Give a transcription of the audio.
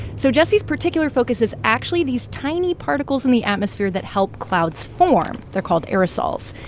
so jessie's particular focus is actually these tiny particles in the atmosphere that help clouds form. they're called aerosols.